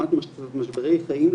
משברי חיים,